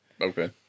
Okay